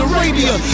Arabia